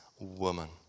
woman